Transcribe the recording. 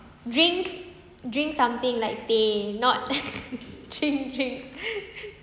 drink drink something like teh not drink drink